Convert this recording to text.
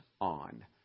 on